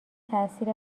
تاثیر